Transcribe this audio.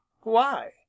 Why